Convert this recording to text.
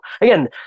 again